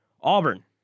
Auburn